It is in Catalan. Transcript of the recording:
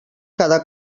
cada